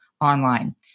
online